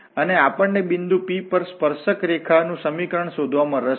અને આપણને બિંદુ P પર આ સ્પર્શક રેખા નું સમીકરણ શોધવામા રસ છે